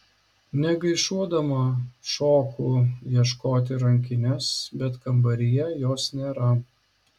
negaišuodama šoku ieškoti rankinės bet kambaryje jos nėra